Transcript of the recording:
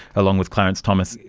along with clarence thomas,